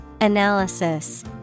Analysis